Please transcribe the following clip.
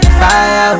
Fire